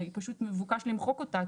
ופשוט מבוקש למחוק אותה,